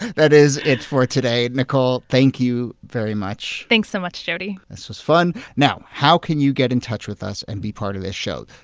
that is it for today. nicole, thank you very much thanks so much, jody this was fun. now, how can you get in with us and be part of this show?